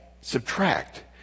Subtract